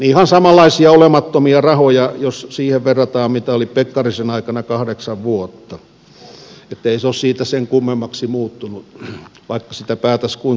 ihan samanlaisia olemattomia rahoja jos siihen verrataan mitä oli pekkarisen aikana kahdeksan vuotta ei se ole siitä sen kummemmaksi muuttunut vaikka sitä päätäsi kuinka pudistelet